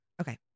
Okay